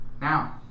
now